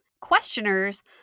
Questioners